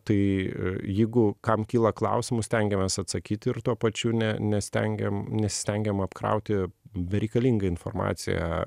tai jeigu kam kyla klausimų stengiamės atsakyt ir tuo pačiu ne nestengiam nesistengiamam apkrauti bereikalinga informacija